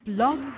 long